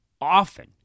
often